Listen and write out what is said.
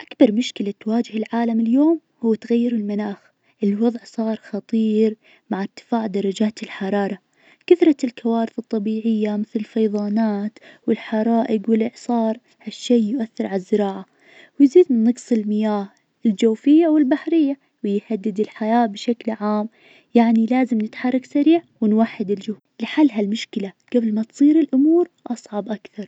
أكبر مشكلة تواجه العالم اليوم هو تغير المناخ. الوضع صار خطير مع إرتفاع درجات الحرارة. كثرة الكوارث الطبيعية مثل الفيظانات والحرائق والإعصار ها الشيء يؤثر على الزراعة، ويزيد من نقص المياه الجوفية والبحرية، ويهدد الحياة بشكل عام يعني لازم نتحرك سريع ونوحد الجهود لحل ها المشكلة قبل ما تصير الأمور أصعب أكثر.